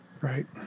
Right